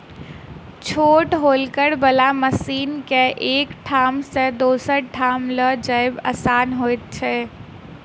छोट हौलर बला मशीन के एक ठाम सॅ दोसर ठाम ल जायब आसान होइत छै